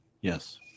Yes